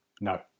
No